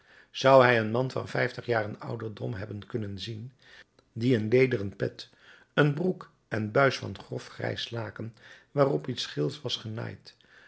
zou hij een man van vijftigjarigen ouderdom hebben kunnen zien die een lederen pet een broek en buis van grof grijs laken waarop iets geels was genaaid